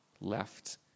left